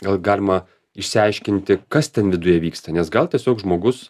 gal galima išsiaiškinti kas ten viduje vyksta nes gal tiesiog žmogus